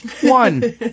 One